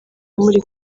muri